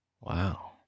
Wow